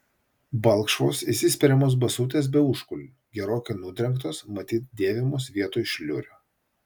balkšvos įsispiriamos basutės be užkulnių gerokai nudrengtos matyt dėvimos vietoj šliurių